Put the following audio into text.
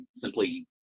simply